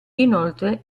inoltre